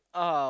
oh